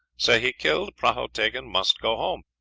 sehi killed, prahu taken. must go home.